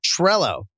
Trello